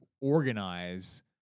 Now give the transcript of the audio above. organize